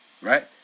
right